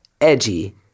edgy